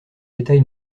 détail